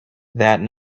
that